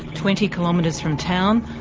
twenty kilometres from town,